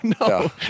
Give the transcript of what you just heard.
no